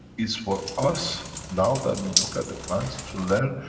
is for us, now that we look at the plants, to learn,